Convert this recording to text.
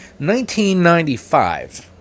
1995